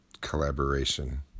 collaboration